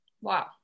wow